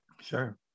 sure